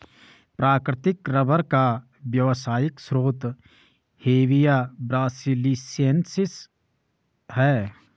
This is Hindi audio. प्राकृतिक रबर का व्यावसायिक स्रोत हेविया ब्रासिलिएन्सिस है